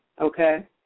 okay